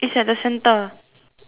it's at the centre